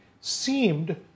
seemed